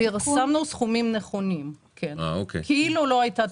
פרסמנו סכומים נכונים, כאילו לא הייתה טעות.